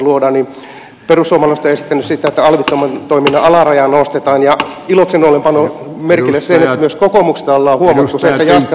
perussuomalaiset ovat esittäneet sitä että alvittoman toiminnan alarajaa nostetaan ja ilokseni olen pannut merkille sen että myös kokoomuksesta ollaan huomattu se että jaskari ja kauma ovat myös